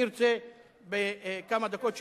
אני רוצה בכמה דקות שנשארו,